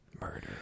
murder